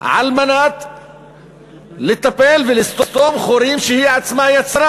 על מנת לטפל ולסתום חורים שהיא עצמה יצרה,